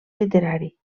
literari